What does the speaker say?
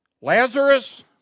Lazarus